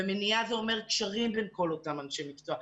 ומניעה זה אומר קשרים בין כל אותם אנשי מקצוע,